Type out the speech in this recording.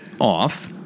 off